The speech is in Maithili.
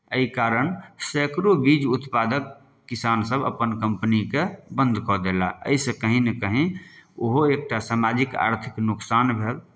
एहि कारण सैकड़ों बीज उत्पादक किसानसभ अपन कम्पनीकेँ बन्द कऽ देलाह एहिसँ कहीँ ने कहीँ ओहो एकटा सामाजिक आर्थिक नोकसान भेल